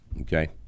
okay